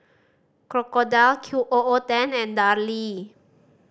Crocodile Q O O Ten and Darlie